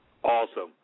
Awesome